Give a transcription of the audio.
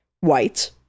White